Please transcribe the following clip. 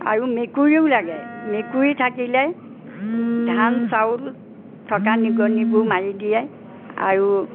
আৰু মেকুৰীও লাগে মেকুৰী থাকিলে ধান চাউল থকা নিগনিবোৰ মাৰি দিয়ে আৰু